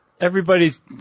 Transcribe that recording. everybody's